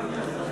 2